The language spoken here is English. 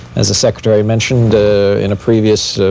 as the secretary mentioned in a previous